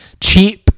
cheap